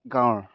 গাঁৱৰ